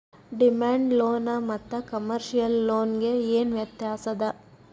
Demand loan ಮತ್ತ commercial loan ಗೆ ಏನ್ ವ್ಯತ್ಯಾಸದ?